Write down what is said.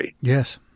Yes